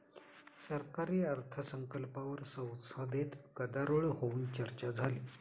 सरकारी अर्थसंकल्पावर संसदेत गदारोळ होऊन चर्चा झाली